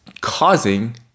causing